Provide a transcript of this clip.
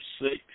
six